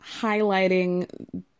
highlighting